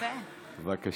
בבקשה,